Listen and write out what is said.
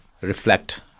reflect